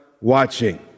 watching